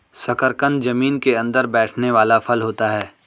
शकरकंद जमीन के अंदर बैठने वाला फल होता है